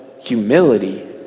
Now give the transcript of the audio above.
humility